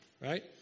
Right